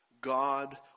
God